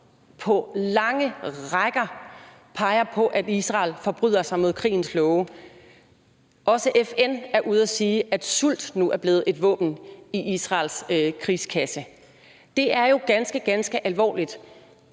organisationer peger på, at Israel forbryder sig mod krigens love. Også FN er ude at sige, at sult nu er blevet et våben i Israels krigskasse. Det er jo ganske, ganske alvorligt.